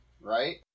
right